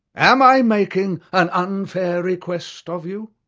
am i making an unfair request of you?